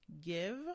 Give